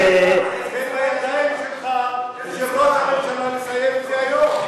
זה בידיים שלך ושל ראש הממשלה לסיים את זה היום.